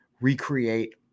recreate